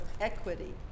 equity